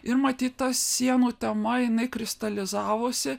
ir matyt ta sienų tema jinai kristalizavosi